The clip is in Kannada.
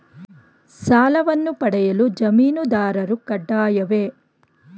ಸಾಲವನ್ನು ಪಡೆಯಲು ಜಾಮೀನುದಾರರು ಕಡ್ಡಾಯವೇ?